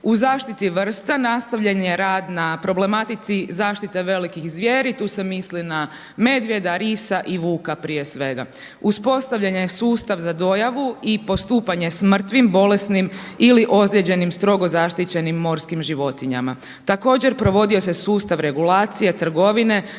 U zaštiti vrsta nastavljen je rad na problematici zaštite velikih zvjeri, tu se misli na medvjeda, risa i vuka prije svega. Uspostavljen je sustav za dojavu i postupanje sa mrtvim, bolesnim ili ozlijeđenim strogo zaštićenim morskim životinjama. Također provodio se sustav regulacije trgovine